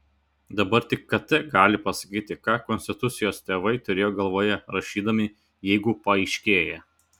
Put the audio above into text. dabar tik kt gali pasakyti ką konstitucijos tėvai turėjo galvoje rašydami jeigu paaiškėja